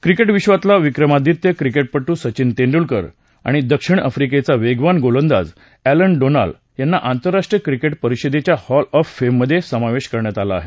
cricket विश्वातला विक्रमादित्य क्रिकेटपटू सचिन तेंडूलकर आणि दक्षिण आफ्रिकेचा वेगवान गोलंदाज एलन डॉनाल्ड यांना आंतरराष्ट्रीय क्रिकेट परिषदेच्या हॉल ऑफ फेम मधे समावेश करण्यात आलं आहे